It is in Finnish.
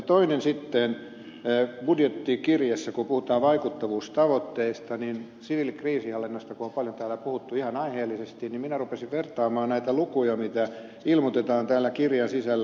toiseksi sitten kun budjettikirjassa puhutaan vaikuttavuustavoitteista ja kun siviilikriisinhallinnasta on paljon täällä puhuttu ihan aiheellisesti minä rupesin vertaamaan näitä lukuja mitä ilmoitetaan täällä kirjan sisällä